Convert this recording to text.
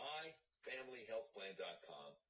MyFamilyHealthPlan.com